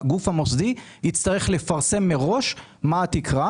הגוף המוסדי יצטרך לפרסם מראש מה התקרה,